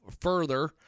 further